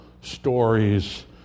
stories